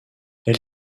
elle